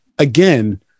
again